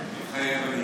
מתחייב אני